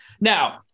now